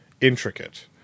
intricate